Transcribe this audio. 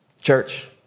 Church